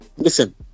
Listen